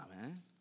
man